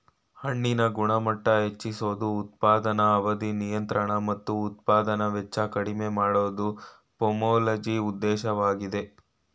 ಹಣ್ಣಿನ ಗುಣಮಟ್ಟ ಹೆಚ್ಚಿಸೋದು ಉತ್ಪಾದನಾ ಅವಧಿ ನಿಯಂತ್ರಣ ಮತ್ತು ಉತ್ಪಾದನಾ ವೆಚ್ಚ ಕಡಿಮೆ ಮಾಡೋದು ಪೊಮೊಲಜಿ ಉದ್ದೇಶವಾಗಯ್ತೆ